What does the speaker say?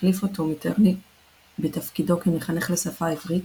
החליף אותו מיטרני בתפקידו כמחנך לשפה העברית,